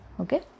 Okay